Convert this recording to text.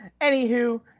Anywho